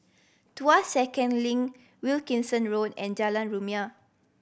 Tuas Second Link Wilkinson Road and Jalan Rumia